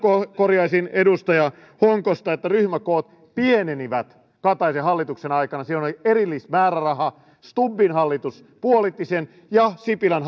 korjaisin edustaja honkosta että ryhmäkoot pienenivät kataisen hallituksen aikana siihen oli erillismääräraha stubbin hallitus puolitti sen ja sipilän